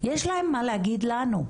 יש להן מה להגיד לנו.